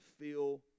feel